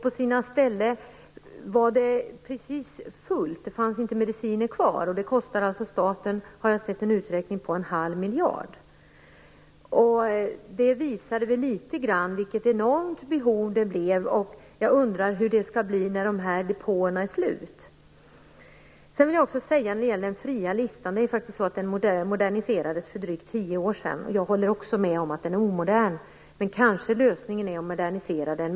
På vissa ställen fanns det inte mediciner kvar. Och jag har sett en uppgift om att detta kostade staten en halv miljard. Det visade väl litet grand vilket enormt behov det blev. Jag undrar hur det skall bli när dessa depåer är slut. Den fria listan moderniserades faktiskt för drygt tio år sedan. Jag håller också med om att den är omodern. Men lösningen kanske är att modernisera den.